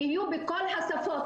יהיו בכל השפות.